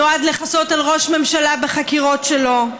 שנועד לכסות על ראש הממשלה בחקירות שלו,